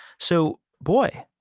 so boy,